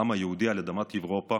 העם היהודי על אדמת אירופה